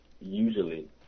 usually